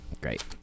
great